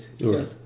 Right